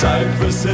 Cyprus